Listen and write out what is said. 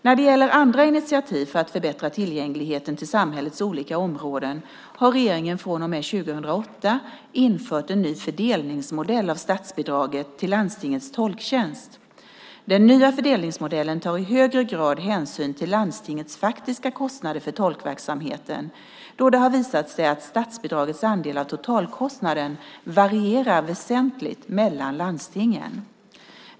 När det gäller andra initiativ för att förbättra tillgängligheten till samhällets olika områden har regeringen från och med 2008 infört en ny fördelningsmodell för statsbidraget till landstingets tolktjänst. Den nya fördelningsmodellen tar i högre grad hänsyn till landstingets faktiska kostnader för tolkverksamheten, då det har visat sig att statsbidragets andel av totalkostnaden varierar väsentligt mellan landstingen.